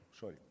sorry